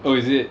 oh is it